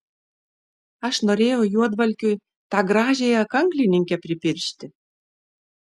aš norėjau juodvalkiui tą gražiąją kanklininkę pripiršti